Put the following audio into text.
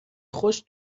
خشک